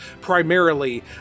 primarily